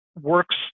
works